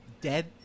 dead